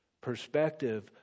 perspective